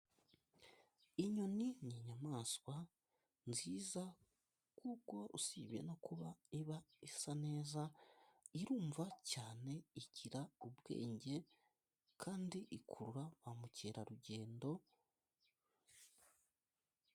Inyoni ni inyamaswa nziza kuko usibye no kuba isa neza irumva cyane igira ubwenge kandi ikurura ba mukerarugendo.